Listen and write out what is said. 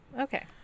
Okay